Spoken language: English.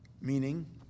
Meaning